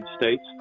States